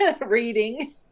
reading